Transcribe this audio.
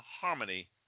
harmony